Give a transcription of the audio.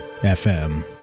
FM